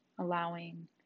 allowing